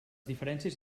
diferències